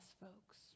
folks